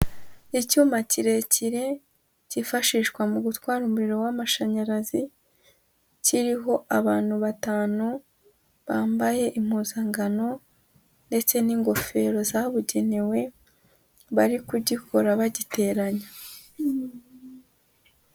Icyuma kirekire kifashishwa mu gutwara umuriro w'amashanyarazi. Kiriho abantu batanu bambaye impuzangano ndetse n'ingofero zabugenewe bari kugikora bagiteranya.